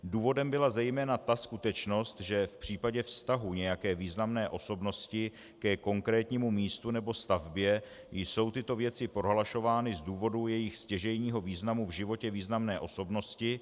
Důvodem byla zejména ta skutečnost, že v případě vztahu nějaké významné osobnosti ke konkrétnímu místu nebo stavbě jsou tyto věci prohlašovány z důvodu jejich stěžejního významu v životě významné osobnosti.